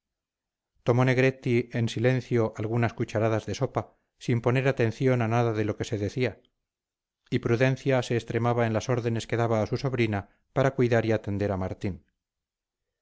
tomó negretti en silencio algunas cucharadas de sopa sin poner atención a nada de lo que se decía y prudencia se extremaba en las órdenes que daba a su sobrina para cuidar y atender a martín